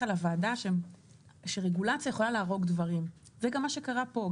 לוועדה הזו שרגולציה יכולה להרוג דברים וזה גם מה שקרה פה.